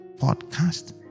podcast